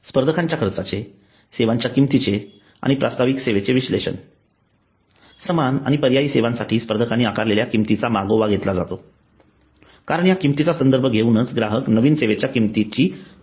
स्पर्धकांच्या खर्चाचे सेवांच्या किंमतीचे आणि प्रास्ताविक सेवेचे विश्लेषण समान आणि पर्यायी सेवांसाठी स्पर्धकांनी आकारलेल्या किंमतीचा मागोवा घेतला जाते कारण या किंमतीचा संदर्भ घेऊनच ग्राहक नवीन सेवेच्या किंमतीची तुलना करत असतात